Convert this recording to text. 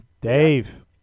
Dave